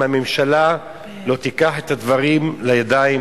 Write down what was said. אם הממשלה לא תיקח את הדברים לידיים,